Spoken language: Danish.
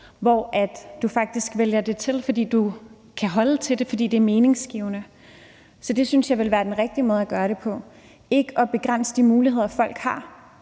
hvor du faktisk vælger det til, fordi du kan holde til det, og fordi det er meningsgivende. Så det synes jeg ville være den rigtige måde at gøre det på, altså ikke at begrænse de muligheder, folk har.